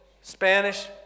Spanish